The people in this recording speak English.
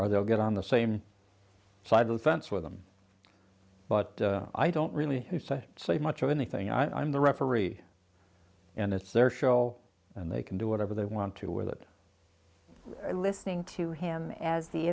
or they'll get on the same side of the fence with them but i don't really who say say much of anything i'm the referee and it's their show and they can do whatever they want to with it listening to him as the